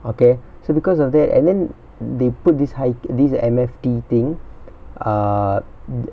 okay so because of that and then they put this hig~ this M_F_T thing ah